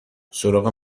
سراغ